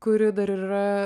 kuri dar ir yra